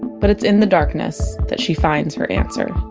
but it's in the darkness that she finds her answer